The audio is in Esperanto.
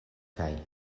kaj